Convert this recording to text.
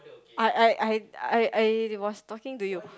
I I I I I was talking to you